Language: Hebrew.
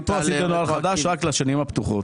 עשיתי נוהל חדש רק לגבי השנים הפתוחות.